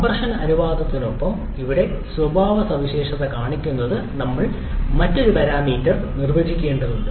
compression അനുപാതത്തിനൊപ്പം ഇവിടെ സ്വഭാവ സവിശേഷത കാണിക്കുന്നതിന് ഞങ്ങൾ മറ്റൊരു പാരാമീറ്റർ നിർവചിക്കേണ്ടതുണ്ട്